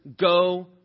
go